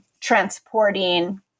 transporting